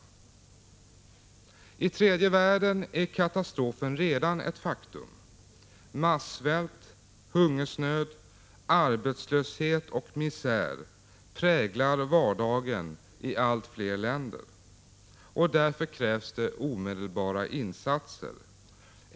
Höjning ar Sveriges I tredje världen är katastrofen redan ett faktum. Massvält, hungersnöd, kapitalinsats i Världsbanken arbetslöshet och misär präglar vardagen i allt fler länder. Därför krävs det omedelbara insatser.